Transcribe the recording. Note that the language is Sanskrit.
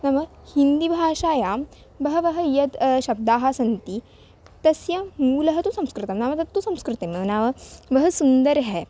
नाम हिन्दीभाषायां बहवः यद् शब्दाः सन्ति तस्य मूलं तु संस्कृतं नाम तत्तु संस्कृतिं नाम वह् सुन्दर् है